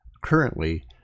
Currently